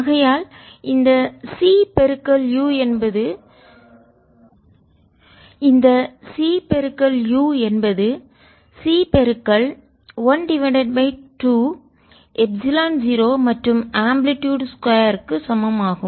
ஆகையால் இந்த c u என்பது c 12 எப்சிலான் 0 மற்றும் ஆம்ப்ளிடுயுட்2 அலைவீச்சு E02 ஆகும்